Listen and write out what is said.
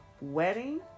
wedding